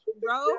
bro